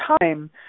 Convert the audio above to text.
time